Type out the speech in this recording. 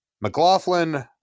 McLaughlin